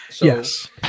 Yes